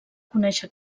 conèixer